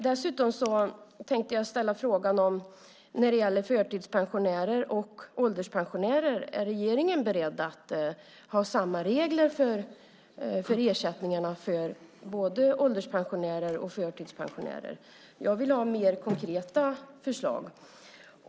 Dessutom tänkte jag ställa en fråga om förtidspensionärer och ålderspensionärer. Är regeringen beredd att ha samma regler för ersättningarna till ålderspensionärer och förtidspensionärer? Jag vill ha mer konkreta förslag.